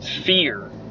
fear